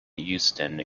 euston